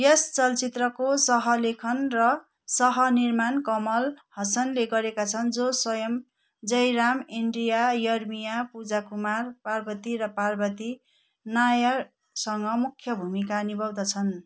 यस चलचित्रको सह लेखन र सह निर्माण कमल हसनले गरेका छन् जो स्वयं जयराम इन्डिया यर्मिया पूजा कुमार पार्वती र पार्वती नायरसँग मुख्य भूमिका निभाउँदछन्